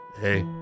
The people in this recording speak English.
Hey